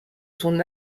son